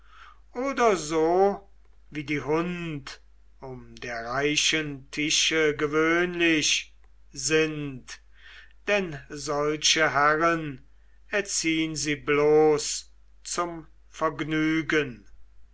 oder so wie die hund um der reichen tische gewöhnlich sind denn solche herren erziehn sie bloß zum vergnügen